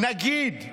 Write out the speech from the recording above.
נגיד,